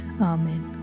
Amen